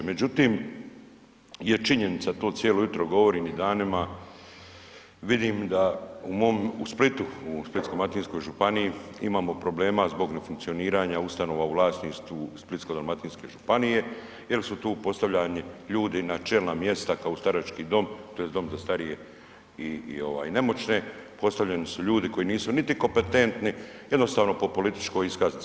Međutim, je činjenica, to cijelo jutro govorim i danima, vidim da u mom, u Splitu, u Splitsko-dalmatinskoj županiji imamo problema zbog nefunkcioniranja ustanova u vlasništvu Splitsko-dalmatinske županije jel su tu postavljani ljudi na čelna mjesta kao u starački dom tj. dom za starije i, i ovaj nemoćne, postavljeni su ljudi koji nisu niti kopetentni, jednostavno po političkoj iskaznici.